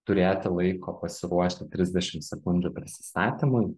turėti laiko pasiruošti trisdešim sekundžių prisistatymui